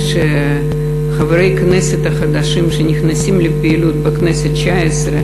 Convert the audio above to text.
וחברי הכנסת החדשים שנכנסים לפעילות בכנסת התשע-עשרה